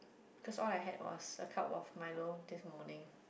cause all I had was a cup of Milo this morning